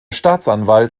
staatsanwalt